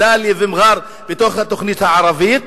דאליה ומע'אר בתוך התוכנית הערבית,